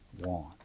want